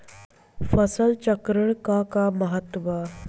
फसल चक्रण क का महत्त्व बा?